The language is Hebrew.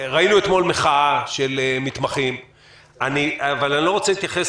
מחאה של מתמחים אבל אני לא רוצה להתייחס